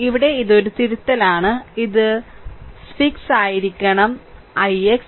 ഇവിടെ ഇത് ഒരു തിരുത്തലാണ് ഇത് സഫിക്സ് ആയിരിക്കണം ix